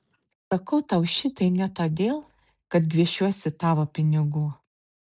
sakau tau šitai ne todėl kad gviešiuosi tavo pinigų